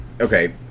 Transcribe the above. okay